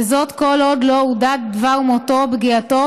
וזאת כל עוד לא הודע דבר מותו או פגיעתו